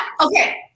Okay